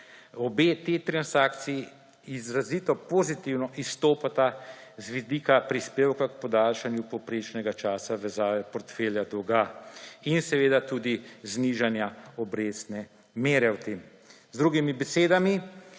Obe te transakciji izrazito pozitivno izstopata z vidika prispevka k podaljšanju povprečnega časa vezave portfelja dolga in seveda tudi znižanja obrestne mere v tem. Z drugimi besedami,